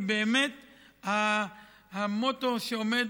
כי באמת, המוטו שעומד